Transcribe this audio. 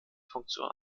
funktion